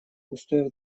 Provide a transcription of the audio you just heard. устоев